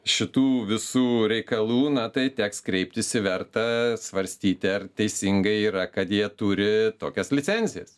šitų visų reikalų na tai teks kreiptis į verta svarstyti ar teisingai yra kad jie turi tokias licencijas